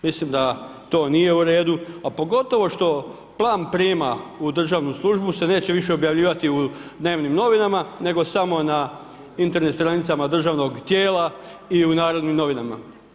Mislim da to nije u redu, a pogotovo što plan prijema u državnu službu se neće više objavljivati u dnevnim novinama nego samo na internet stranicama državnog tijela i u Narodnim novinama.